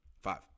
Five